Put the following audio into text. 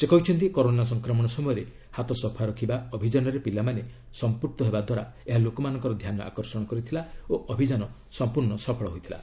ସେ କହିଛନ୍ତି କରୋନା ସଂକ୍ରମଣ ସମୟରେ ହାତ ସଫା ରଖିବା ଅଭିଯାନରେ ପିଲାମାନେ ସମ୍ପୃକ୍ତ ହେବାରୁ ଏହା ଲୋକମାନଙ୍କର ଧ୍ୟାନ ଆକର୍ଷଣ କଲା ଓ ଅଭିଯାନ ସମ୍ପୂର୍ଣ୍ଣ ସଫଳ ହେଲା